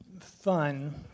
fun